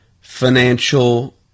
financial